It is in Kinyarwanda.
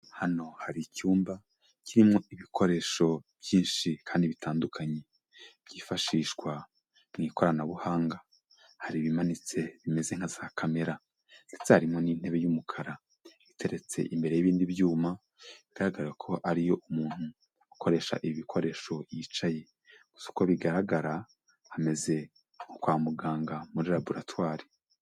Hano hari icyumba kirimo ibikoresho byinshi kandi bitandukanye byifashishwa mu ikoranabuhanga. Hari ibimanitse bimeze nka za kamera, ndetse n'intebe y'umukara iteretse imbere y'ibindi byuma bigaragara ko ariyo umuntu ukoresha ibikoresho yicaye. Gusa uko bigaragara hameze kwa muganga muri raboratwari.